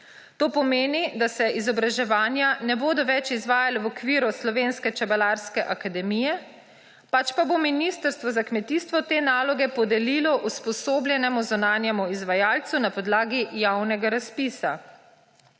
To pomeni, da se izobraževanja ne bodo več izvajala v okviru Slovenske čebelarske akademije, pač pa bo Ministrstvo za kmetijstvo te naloge podelilo usposobljenemu zunanjemu izvajalcu na podlagi javnega razpisa.